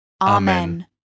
Amen